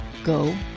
Go